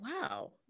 wow